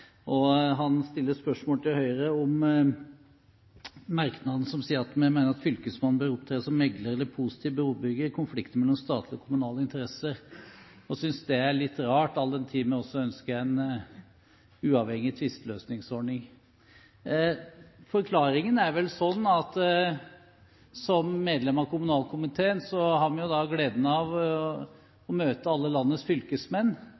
og kommune. Han stiller spørsmål til Høyre om merknaden hvor vi sier at vi «mener at fylkesmannen bør opptre som megler eller «positiv brobygger» i konflikter mellom statlige og kommunale interesser.» Han synes det er litt rart all den tid vi også ønsker en uavhengig tvisteløsningsordning. Som medlemmer av kommunalkomiteen har vi gleden av å møte alle landets fylkesmenn når vi